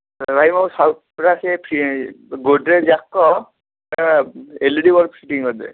ଭାଇ ମୋର ସବୁ ପୁରା ସେ ଫି ଗୋଦରେଜ୍ ଯାକ ତା L E D bulb fitting କରିଦେବେ